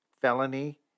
felony